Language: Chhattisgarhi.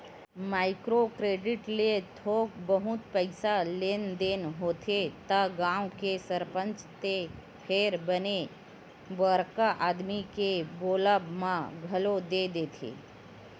माइक्रो क्रेडिट ले थोक बहुत पइसा लोन लेना होथे त गाँव के सरपंच ते फेर बने बड़का आदमी के बोलब म घलो दे देथे